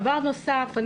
דבר נוסף,